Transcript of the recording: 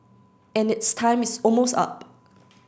and its time is almost up